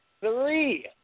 three